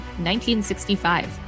1965